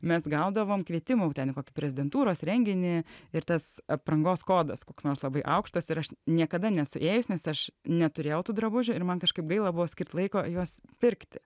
mes gaudavom kvietimų ten į kokį prezidentūros renginį ir tas aprangos kodas koks nors labai aukštas ir aš niekada nesu ėjus nes aš neturėjau tų drabužių ir man kažkaip gaila buvo skirt laiko juos pirkti